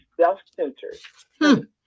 self-centered